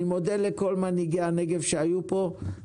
אני מודה לכל מנהיגי הנגב שהיו פה.